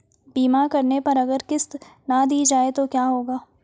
बीमा करने पर अगर किश्त ना दी जाये तो क्या होगा?